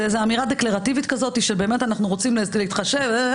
זה איזה אמירה דקלרטיבית כזאת שבאמת אנחנו רוצים להתחשב וכולי,